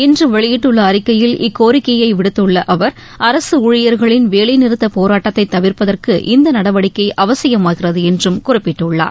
இன்று வெளியிட்டுள்ள அறிக்கையில் இக்கோரிக்கையை விடுத்துள்ள அவர் அரசு ஊழியர்களின் வேலை நிறுத்தப் போராட்டத்தை தவிர்ப்பதற்கு இந்த நடவடிக்கை அவசியமாகிறது என்றும் குறிப்பிட்டுள்ளார்